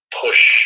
push